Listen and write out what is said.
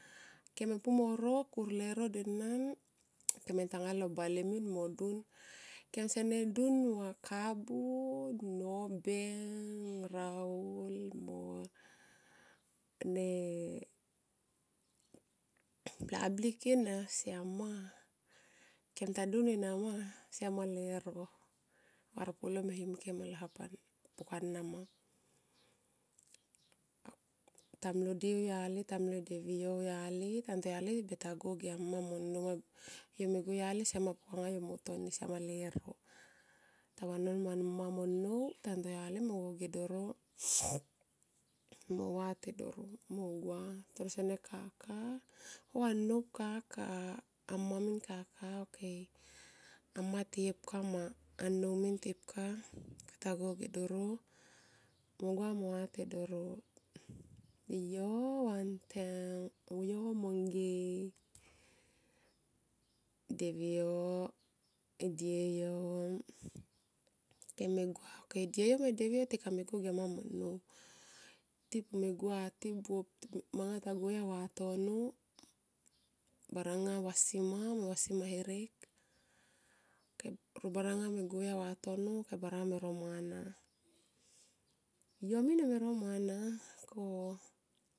Kene pu mo ro. kur lero denan kem me tanga lo bale min mo dun. Kem sene dun va kabu nobeng. raul mo ne bla blik ena, siama kem tadun enama siama lero varpulo me him ken alo hap ana puk ana ma. Tamlo di auyali, tamlo e devi yo auyali tantoyali beta gua age annou mo mma. Yo go auyali siam ma pukanga yo mo toni siama ma lero. Tavanon mo mma mo nnou tantoyali mo gua anga ge doro. mo vate doro mo gua anga toro sene kaka o annou kaka amma min kaka. Ok amma tiye pka ma annou mint, pka yota go ge doro. Mo gua mo vate doro. Yo monge devi go e die go kem me gua ok die go me deviyo tikabeme gua angu ge mma mo nnou tipu me gua ti buop manga ta go auya vatono baranga vasima me vasima herek ro baranga me go auya vatono bara mero mana. Yo min yo me ro mana ko